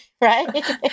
right